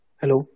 hello